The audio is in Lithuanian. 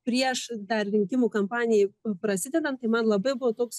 prieš dar rinkimų kampanijai prasidedant tai man labai buvo toks